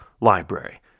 library